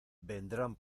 vendrán